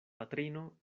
patrino